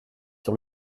sur